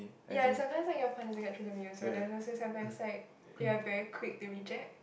ya sometimes like your point doesn't get through to me also then that's why sometimes like you are very quick to reject